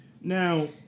Now